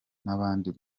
muri